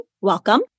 welcome